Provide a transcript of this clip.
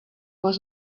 was